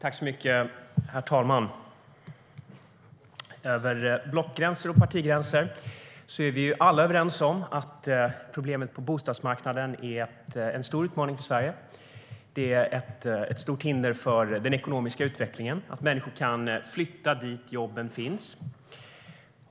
Herr talman! Över blockgränser och partigränser är vi alla överens om att problemet på bostadsmarknaden är en stor utmaning för Sverige. Det är ett stort hinder för den ekonomiska utvecklingen. Människor ska kunna flytta dit där jobben finns.